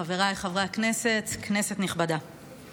חבריי חברי הכנסת, כנסת נכבדה: